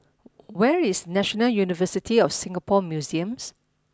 where is National University of Singapore Museums